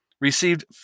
received